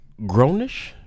Grownish